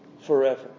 forever